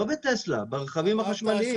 לא בטסלה, ברכבים החשמליים.